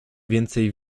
więcej